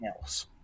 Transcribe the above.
else